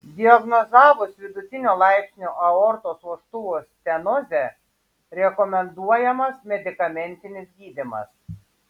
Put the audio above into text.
diagnozavus vidutinio laipsnio aortos vožtuvo stenozę rekomenduojamas medikamentinis gydymas